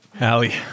Allie